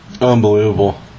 Unbelievable